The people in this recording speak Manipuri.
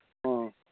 ꯑ